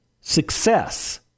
success